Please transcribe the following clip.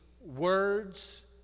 words